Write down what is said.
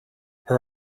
her